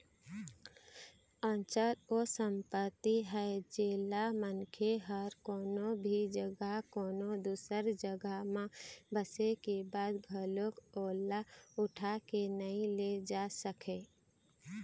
अचल ओ संपत्ति आय जेनला मनखे ह कोनो भी जघा कोनो दूसर जघा म बसे के बाद घलोक ओला उठा के नइ ले जा सकय